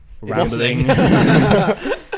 rambling